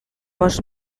bost